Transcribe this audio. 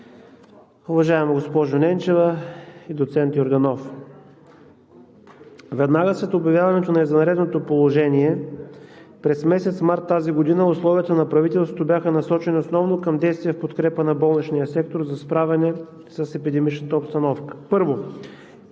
Уважаема госпожо Ненчева и доцент Йорданов, веднага след обявяването на извънредното положение през месец март тази година условията на правителството бяха насочени основно към действия в подкрепа на болничния сектор за справяне с епидемичната обстановка. Първо,